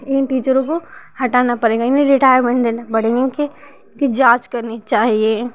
इन टीचरों को हटाना पड़ेगा इन्हें रिटायरमेंट देना पड़ेगा इनके इनकी जाँच करनी चाहिए